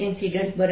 5 11